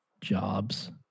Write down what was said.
jobs